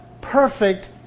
perfect